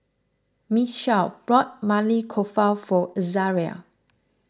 Michele bought Maili Kofta for Azaria